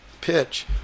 pitch